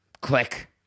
Click